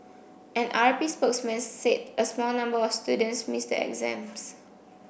an R P spokesman said a small number of students missed the exams